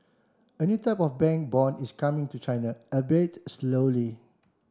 a new type of bank bond is coming to China albeit slowly